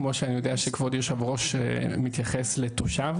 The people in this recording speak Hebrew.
כמו שאני יודע שכבוד יושב הראש מתייחס לתושב,